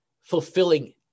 fulfilling